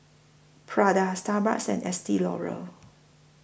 Prada Starbucks and Estee Lauder